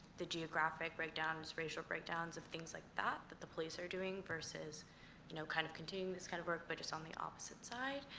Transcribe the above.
the geographic breakdowns, racial breakdowns, of things like that that the police are doing versus you know kind of continue this kind of work but just on the opposite side?